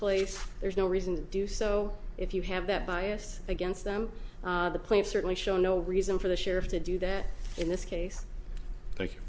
place there's no reason to do so if you have that bias against them the player certainly shown no reason for the sheriff to do that in this case